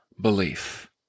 belief